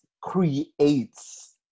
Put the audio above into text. creates